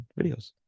videos